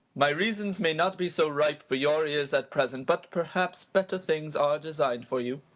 my reasons may not be so ripe for your ears at present. but, perhaps, better things are designed for you.